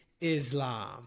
Islam